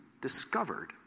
discovered